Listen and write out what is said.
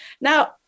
Now